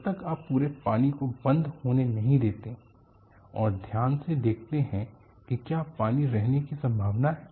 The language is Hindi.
जब तक आप पूरे पानी को बंद होने नहीं देते हैं और ध्यान से देखते हैं कि क्या पानी रहने की संभावना है